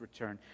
return